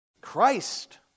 Christ